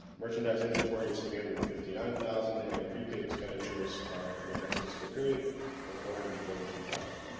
merchandise inventory was three hundred and fifty nine thousand and prepaid expenditures of the next fiscal period were four hundred and forty two thousand